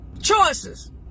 choices